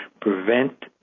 prevent